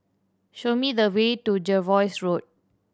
show me the way to Jervois Road